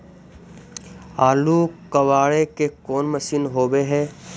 आलू कबाड़े के कोन मशिन होब है?